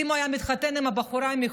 ואם הוא היה מתחתן עם בחורה מחו"ל,